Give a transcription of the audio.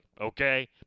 okay